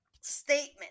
statement